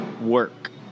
work